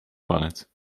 palec